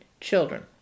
children